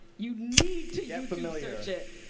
you need to yeah research it.